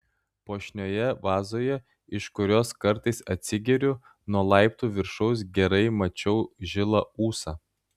puošnioje vazoje iš kurios kartais atsigeriu nuo laiptų viršaus gerai mačiau žilą ūsą